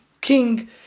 king